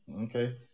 Okay